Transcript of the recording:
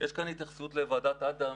יש התייחסות לוועדת אדם,